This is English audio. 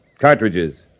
cartridges